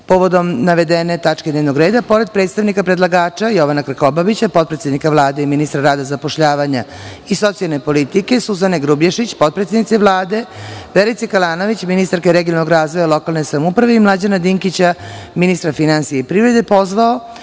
povodom navedene tačke dnevnog reda, pored predstavnika predlagača Jovana Krkobabića, potpredsednika Vlade i ministra rada, zapošljavanja i socijalne politike; Suzane Grubješić, potpredsednice Vlade; Verice Kalanović, ministarke regionalnog razvoja i lokalne samouprave i Mlađana Dinkića, ministra finansija i privrede, pozvao